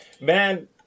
Man